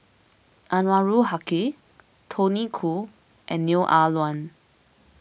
Anwarul Haque Tony Khoo and Neo Ah Luan